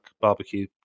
barbecue